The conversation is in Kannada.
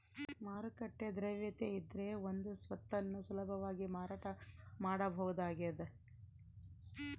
ಮಾರುಕಟ್ಟೆ ದ್ರವ್ಯತೆಯಿದ್ರೆ ಒಂದು ಸ್ವತ್ತನ್ನು ಸುಲಭವಾಗಿ ಮಾರಾಟ ಮಾಡಬಹುದಾಗಿದ